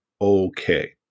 Okay